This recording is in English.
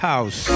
House